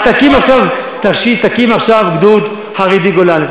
אז תקים עכשיו, תקים עכשיו גדוד חרדי גולני.